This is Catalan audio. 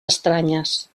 estranyes